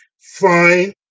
Fine